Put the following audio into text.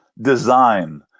design